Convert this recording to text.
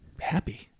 Happy